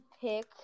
pick